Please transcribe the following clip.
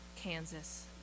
Kansas